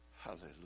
Hallelujah